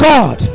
God